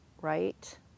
right